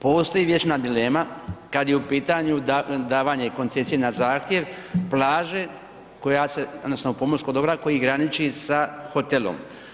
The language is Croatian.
Postoji vječna dilema kad je u pitanju davanje koncesije na zahtjev plaže odnosno pomorskog dobra koji graniči sa hotelom.